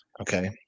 Okay